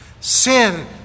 Sin